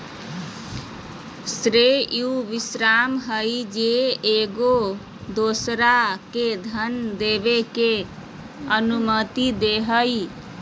श्रेय उ विश्वास हइ जे एगो दोसरा के धन देबे के अनुमति दे हइ